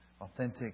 authentic